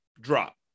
drop